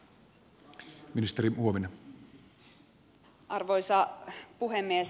arvoisa puhemies